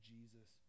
Jesus